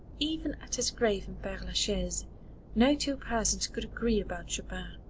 even at his grave in pere la chaise no two persons could agree about chopin.